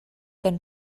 then